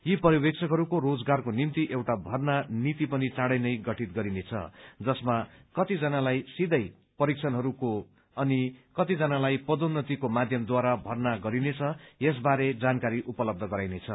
यी पर्यवेक्षकहरूको रोजगारको निम्ति एउटा भर्ना नीति पनि चाँडेनै गठित गरिनेछ जसमा कतिजनालाई सिथै परीक्षणहरूको अनि कतिजनालाई पदोत्रतिको माध्यमद्वारा भर्ना गरिनेछ यसबारे जानकारी उपलब्ध गराइनेछ